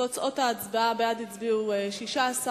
תוצאות ההצבעה: בעד הצביעו 16,